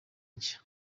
nshya